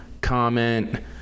comment